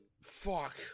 fuck